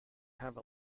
have